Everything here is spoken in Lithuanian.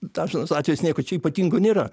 dažnas atvejis nieko čia ypatingo nėra